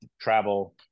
travel